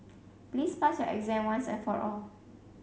please pass your exam once and for all